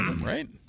Right